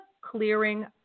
clearing